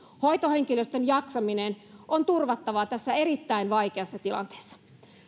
hoitohenkilöstön jaksaminen on turvattava tässä erittäin vaikeassa tilanteessa